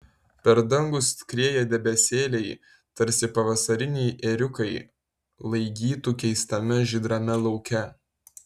per dangų skrieja debesėliai tarsi pavasariniai ėriukai laigytų keistame žydrame lauke